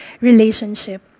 relationship